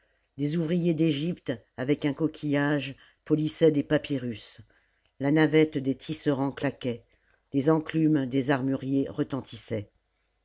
des ouvriers d'egypte avec un coquillage polissaient des papyrus la navette des tisserands claquait les enclumes des armuriers retentissaient